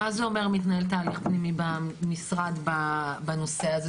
מהו התהליך הפנימי שדיברת עליו,